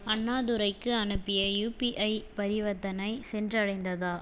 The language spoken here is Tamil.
அண்ணாதுரைக்கு அனுப்பிய யுபிஐ பரிவர்த்தனை சென்றடைந்ததா